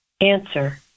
Answer